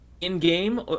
in-game